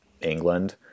england